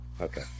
Okay